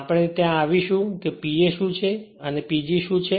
આપણે ત્યાં આવેશું કે P a શું છે અને PG શું છે